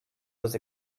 was